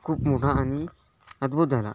खूप मोठा आणि अद्भुत झाला